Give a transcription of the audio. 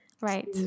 right